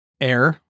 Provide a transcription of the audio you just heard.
air